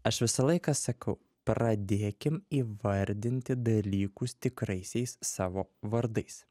aš visą laiką sakau pradėkim įvardinti dalykus tikraisiais savo vardais